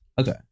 Okay